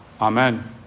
Amen